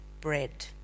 bread